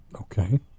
Okay